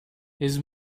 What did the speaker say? his